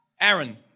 Aaron